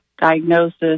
diagnosis